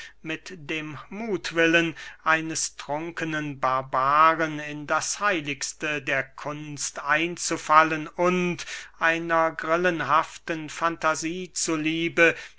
mit dem muthwillen eines trunkenen barbaren in das heiligste der kunst einzufallen und einer grillenhaften fantasie zu liebe